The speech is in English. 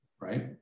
right